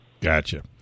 Gotcha